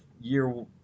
year